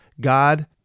God